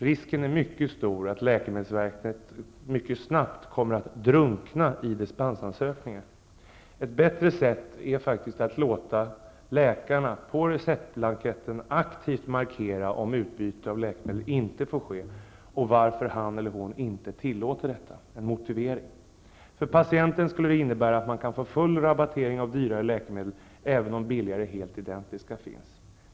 Risken är stor att läkemedelsverket mycket snabbt kommer att drunkna i dispensansökningar. Ett bättre sätt är att låta läkarna på receptblanketten aktivt markera om utbyte av läkemedel inte får ske och varför han eller hon inte tillåter detta, dvs. en motivering. För patienten skulle detta innebära att man kan få full rabattering av dyrare läkemedel även om billigare och helt identiska finns.